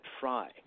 Fry